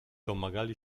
domagali